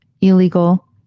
illegal